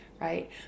right